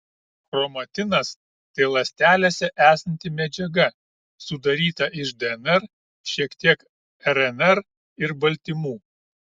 chromatinas tai ląstelėse esanti medžiaga sudaryta iš dnr šiek tiek rnr ir baltymų